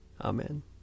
Amen